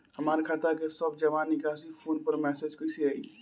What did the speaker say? हमार खाता के सब जमा निकासी फोन पर मैसेज कैसे आई?